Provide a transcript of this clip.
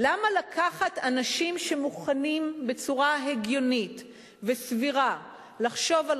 למה לקחת אנשים שמוכנים בצורה הגיונית וסבירה לחשוב על